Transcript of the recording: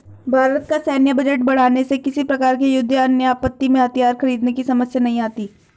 भारत का सैन्य बजट बढ़ाने से किसी प्रकार के युद्ध या अन्य आपत्ति में हथियार खरीदने की समस्या नहीं आती